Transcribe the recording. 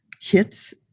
kits